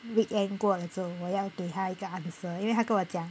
weekend 过了之后我要给他一个 answer 因为他跟我讲